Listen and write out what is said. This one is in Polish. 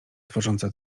tworząca